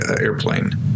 airplane